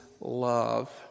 love